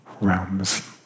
Realms